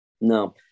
no